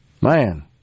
Man